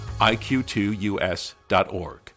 IQ2US.org